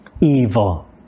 evil